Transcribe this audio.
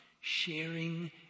sharing